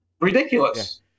Ridiculous